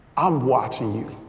i'm watching you.